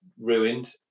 ruined